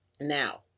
Now